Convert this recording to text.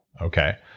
Okay